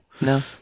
no